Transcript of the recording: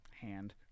Hand